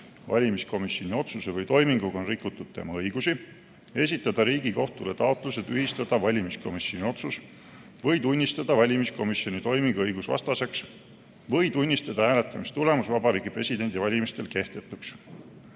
valimiskomisjoni otsuse või toiminguga on rikutud tema õigusi, esitada Riigikohtule taotluse tühistada valimiskomisjoni otsus või tunnistada valimiskomisjoni toiming õigusvastaseks või tunnistada hääletamistulemus Vabariigi Presidendi valimistel kehtetuks.